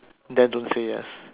then don't say yes